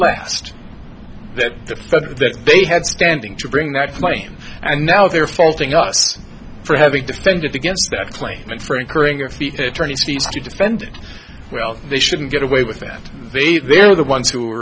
last that the letter that they had standing to bring that claim and now they're faulting us for having defended against that claim and for incurring your feet attorney's fees to defend well they shouldn't get away with that they they're the ones who are